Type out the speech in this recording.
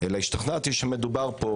אלא השתכנעתי שמדובר פה